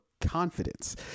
confidence